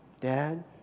Dad